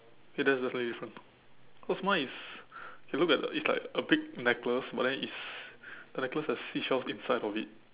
K that's definitely different cause mine is it look like a it's like a big necklace but then it's a necklace that has seashells inside of it